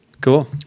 Cool